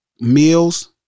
Meals